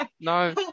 No